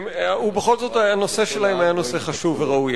ובכל זאת, הנושא שלהם היה חשוב וראוי.